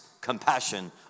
compassion